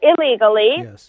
illegally